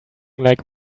like